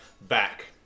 back